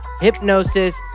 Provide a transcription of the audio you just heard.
hypnosis